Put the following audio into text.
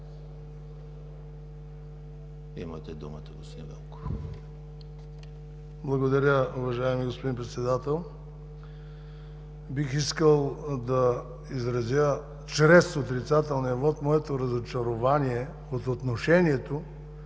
(БСП за България): Благодаря, уважаеми господин Председател. Бих искал да изразя чрез отрицателния вот моето разочарование от отношението